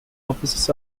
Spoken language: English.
offices